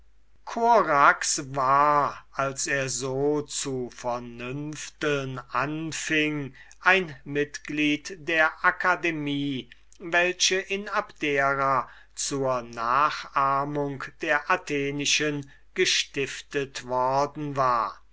korax war als er so zu raisonnieren anfing ein mitglied der akademie welche in abdera zur nachahmung der atheniensischen gestiftet worden war